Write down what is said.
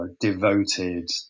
devoted